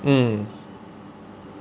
mm